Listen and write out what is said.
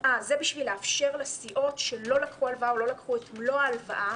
יש סיעות שלא לקחו את מלוא ההלוואה.